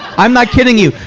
i'm not kidding you.